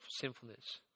sinfulness